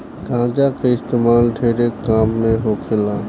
गांजा के इस्तेमाल ढेरे काम मे होखेला